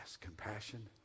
compassion